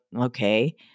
okay